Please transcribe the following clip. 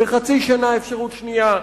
בחצי שנה אפשרות שנייה,